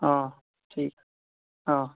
অঁ ঠিক অঁ